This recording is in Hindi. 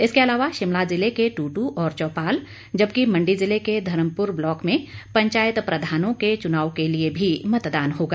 इसके अलावा शिमला ज़िले के टुटू और चौपाल जबकि मंडी ज़िले के धर्मपुर ब्लॉक में पंचायत प्रधानों के चुनाव के लिए भी मतदान होगा